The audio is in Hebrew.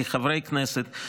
כחברי כנסת,